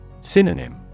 Synonym